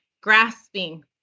grasping